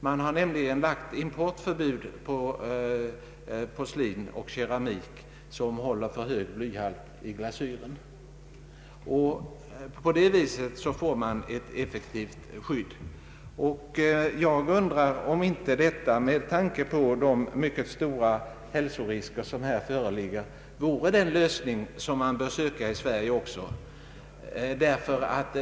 Man har nämligen infört importförbud beträffande porslin och keramik, som håller för hög blyhalt i glasyren. På det viset erhålles ett effektivt skydd. Med tanke på de mycket stora hälsorisker som här föreligger undrar jag om inte detta vore den lösning som man borde försöka nå även i Sverige.